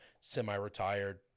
semi-retired